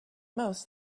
most